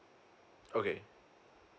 okay